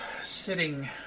sitting